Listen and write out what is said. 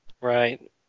Right